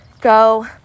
go